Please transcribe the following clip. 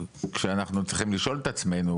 כשאנחנו צריכים לשאול את עצמנו,